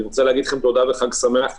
אני רוצה להגיד לכם תודה וחג שמח,